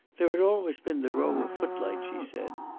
there had always been the row of footlights, she said.